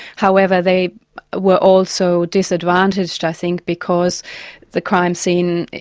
however they were also disadvantaged i think, because the crime scene,